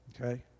Okay